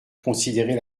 considérer